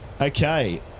Okay